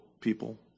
people